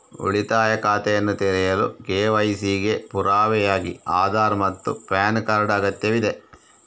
ಉಳಿತಾಯ ಖಾತೆಯನ್ನು ತೆರೆಯಲು ಕೆ.ವೈ.ಸಿ ಗೆ ಪುರಾವೆಯಾಗಿ ಆಧಾರ್ ಮತ್ತು ಪ್ಯಾನ್ ಕಾರ್ಡ್ ಅಗತ್ಯವಿದೆ